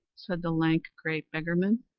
said the lank, grey beggarman.